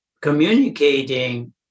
communicating